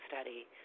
Study